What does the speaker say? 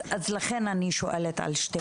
לכן אני שואלת על שתי